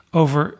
over